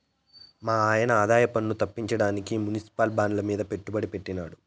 మాయన్న ఆదాయపన్ను తప్పించడానికి మునిసిపల్ బాండ్లమీద పెట్టుబడి పెట్టినాడు